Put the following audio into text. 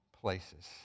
places